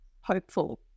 hopeful